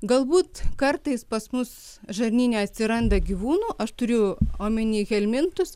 galbūt kartais pas mus žarnyne atsiranda gyvūnų aš turiu omenyje helmintus